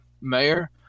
mayor